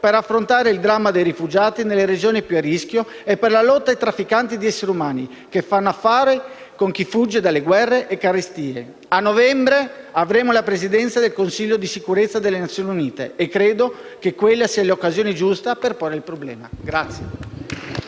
per affrontare il dramma dei rifugiati nelle regioni più a rischio e per la lotta ai trafficanti di esseri umani, che fanno affari con chi fugge dalle guerre e carestie. Il prossimo novembre avremo anche la Presidenza del Consiglio di sicurezza delle Nazioni Unite e credo che quella sarà l'occasione giusta per porre il problema.